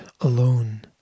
alone